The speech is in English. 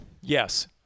yes